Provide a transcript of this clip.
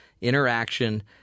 interaction